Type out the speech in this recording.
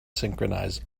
synchronize